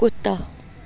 کتا